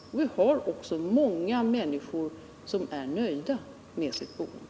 Det finns också många människor som är nöjda med sitt boende!